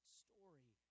story